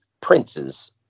princes